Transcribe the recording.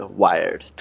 wired